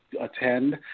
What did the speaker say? attend